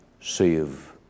save